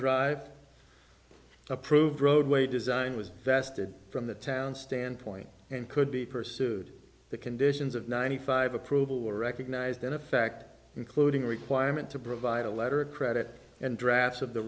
doctor approved roadway design was vested from the town standpoint and could be pursued the conditions of ninety five approval were recognized in effect including a requirement to provide a letter of credit and drafts of the